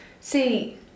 See